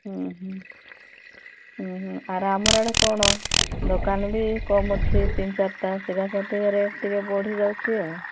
ଆର୍ ଆମର ଆଡ଼େ କ'ଣ ଦୋକାନ ବି କମ୍ ଅଛି ତିନି ଚାରିଟା ସେଇଟା ପାଇଁ ରେଟ୍ ଟିକିଏ ବଢ଼ିଯାଉଛି ଆଉ